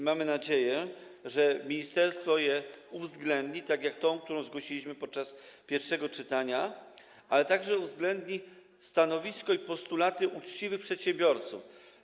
Mamy nadzieję, że ministerstwo je uwzględni, tak jak tę, którą zgłosiliśmy podczas pierwszego czytania, a także uwzględni stanowisko i postulaty uczciwych przedsiębiorców.